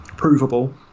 provable